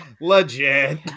Legit